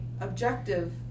objective